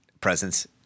presence